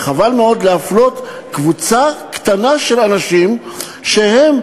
וחבל מאוד להפלות קבוצה קטנה של אנשים שלא